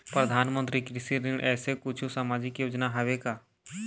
परधानमंतरी कृषि ऋण ऐसे कुछू सामाजिक योजना हावे का?